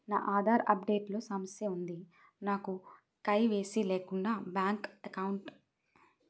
నా Aadhaar update లో సమస్య వుంది నాకు కే.వై.సీ లేకుండా బ్యాంక్ ఎకౌంట్దొ రుకుతుందా?